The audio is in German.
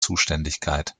zuständigkeit